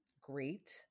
great